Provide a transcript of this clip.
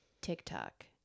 TikTok